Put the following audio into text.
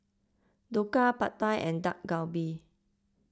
Dhokla Pad Thai and Dak Galbi